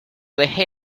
dejé